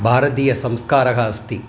भारतीयः संस्कारः अस्ति